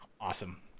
Awesome